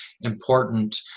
important